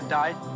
died